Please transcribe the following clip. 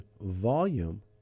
volume